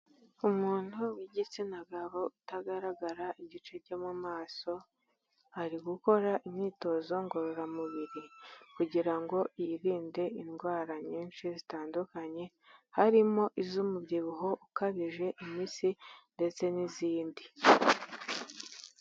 Umuntu w'igitsina gabo utagaragara igice cyo mu maso ari gukora imyitozo ngororamubiri kugira ngo yirinde indwara nyinshi zitandukanye harimo iz'umubyibuho ukabije, imitsi, ndetse n'izindi.